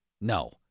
no